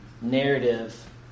narrative